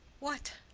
what,